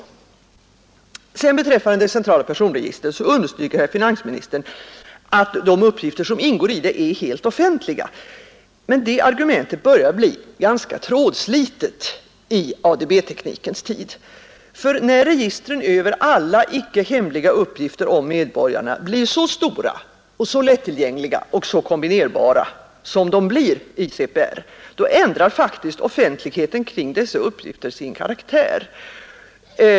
Beträllande det centrala personregistret understryker herr finansministern alt de uppgifter som ingår i detta system är helt oftentliga. Men det argumentet börjar bli ganska trädslitet i ADB-teknikens tid. När registren över alla icke hemliga uppgilter om medborgarna blir så störa. så lättillgängliga och sa kombinerbara som de blir i CPR. ändrar taktisk! offentligheten kring dessa uppgitter sin karaktär.